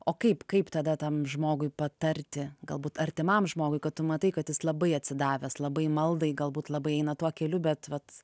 o kaip kaip tada tam žmogui patarti galbūt artimam žmogui kad tu matai kad jis labai atsidavęs labai maldai galbūt labai eina tuo keliu bet vat